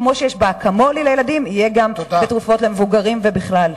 כמו שקיים ב"אקמולי" לילדים יהיה גם בתרופות למבוגרים ובכלל.